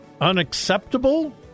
Unacceptable